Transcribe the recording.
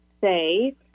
say